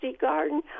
garden